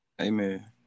Amen